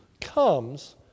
comes